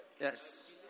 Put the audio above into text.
Yes